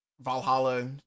Valhalla